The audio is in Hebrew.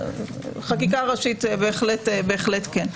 לחקיקה ראשית בהחלט כן.